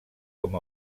com